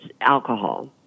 alcohol